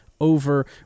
over